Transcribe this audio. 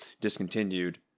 discontinued